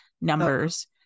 numbers